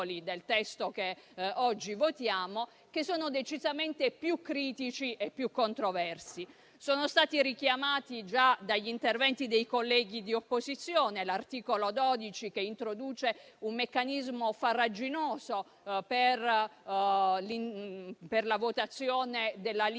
del testo che oggi votiamo, decisamente più critici e più controversi - sono stati richiamati già dagli interventi dei colleghi di opposizione - come l'articolo 12, che introduce un meccanismo farraginoso per la votazione della lista